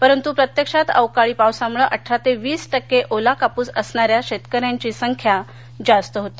परंतू प्रत्यक्षात अवकाळी पावसामुळे अठरा ते वीस टक्के ओला कापूस असणाऱ्या शेतकऱ्यांची संख्या जास्त होती